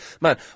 man